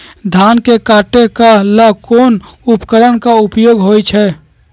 धान के काटे का ला कोंन उपकरण के उपयोग होइ छइ?